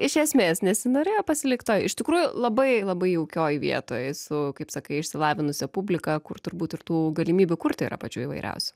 iš esmės nesinorėjo pasilikt o iš tikrųjų labai labai jaukioj vietoj su kaip sakai išsilavinusia publika kur turbūt ir tų galimybių kurti yra pačių įvairiausių